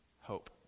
hope